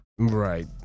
Right